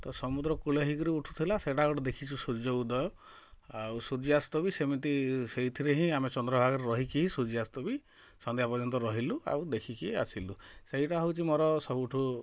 ତ ସମୁଦ୍ର କୂଳ ହେଇକି ଉଠୁଥିଲା ସେଇଟା ଗୋଟେ ଦେଖିଛୁ ସୂର୍ଯ୍ୟ ଉଦୟ ଆଉ ସୂର୍ଯ୍ୟାସ୍ତ ବି ସେମିତି ସେଇଥିରେ ହିଁ ଆମେ ଚନ୍ଦ୍ରଭାଗାରେ ରହିକି ସୂର୍ଯ୍ୟାସ୍ତ ବି ସନ୍ଧ୍ୟା ପର୍ଯ୍ୟନ୍ତ ରହିଲୁ ଆଉ ଦେଖିକି ଆସିଲୁ ସେଇଟା ହେଉଛି ମୋର ସବୁଠୁ